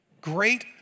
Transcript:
great